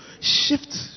shift